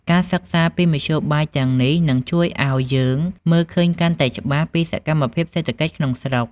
ការសិក្សាពីមធ្យោបាយទាំងនេះនឹងជួយឱ្យយើងមើលឃើញកាន់តែច្បាស់ពីសកម្មភាពសេដ្ឋកិច្ចក្នុងស្រុក។